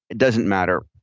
it doesn't matter.